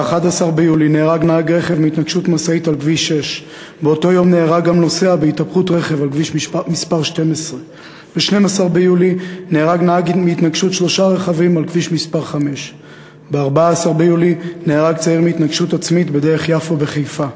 ב-11 ביולי נהרג נהג רכב בהתנגשות עם משאית על כביש 6. באותו יום נהרג גם נוסע בהתהפכות רכב על כביש מס' 12. ב-12 ביולי נהרג נהג בהתנגשות שלושה רכבים על כביש מס' 5. ב-14 ביולי נהרג צעיר בהתנגשות עצמית בדרך-יפו בחיפה.